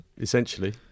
essentially